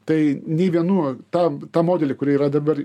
tai nei vienu tam tam modely kurį yra dabar